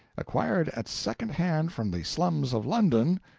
acquired at second-hand from the slums of london,